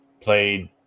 played